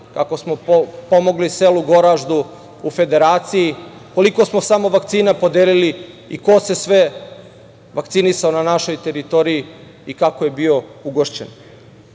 kako smo pomogli selu Goraždu u Federaciji, koliko smo samo vakcina podelili i ko se sve vakcinisao na našoj teritoriji i kako je bio